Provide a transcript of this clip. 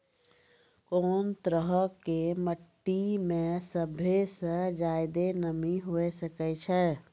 कोन तरहो के मट्टी मे सभ्भे से ज्यादे नमी हुये सकै छै?